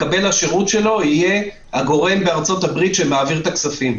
מקבל השירות שלו יהיה הגורם בארצות הברית שמעביר את הכספים,